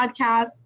Podcast